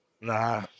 Nah